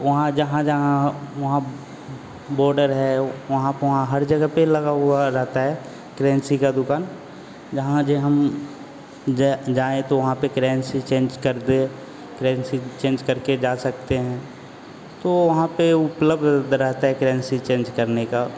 वहाँ जहाँ जहाँ वहाँ बोर्डर है वहाँ वहाँ हर जगह पर लगा हुआ रहता है क्रेन्सी की दुकान जहाँ जो हम ज जाएं तो वहाँ पर क्रेन्सी चेंज कर दें क्रेन्सी चेंज करके जा सकते हैं तो वहाँ पर उपलब्द रहता है करन्सी चेंज करने का